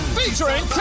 featuring